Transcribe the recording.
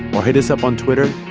or hit us up on twitter,